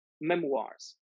memoirs